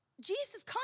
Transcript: Jesus